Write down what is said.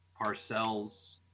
Parcells